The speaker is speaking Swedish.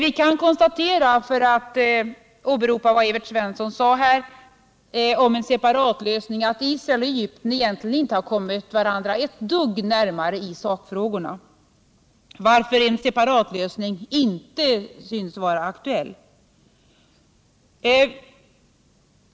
Vi kan konstatera, för att åberopa vad Evert Svensson sade här om en separatlösning, att Israel och Egypten egentligen inte kommit varandra ett dugg närmare i sakfrågorna, varför en separatlösning inte synes vara aktuell.